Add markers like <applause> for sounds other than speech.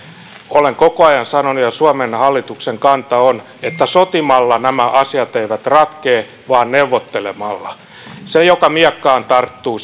olen koko ajan sanonut ja suomen hallituksen kanta on että sotimalla nämä asiat eivät ratkea vaan neuvottelemalla se joka miekkaan tarttuu <unintelligible>